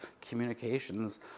communications